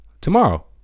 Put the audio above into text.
tomorrow